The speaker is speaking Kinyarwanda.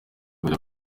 kujya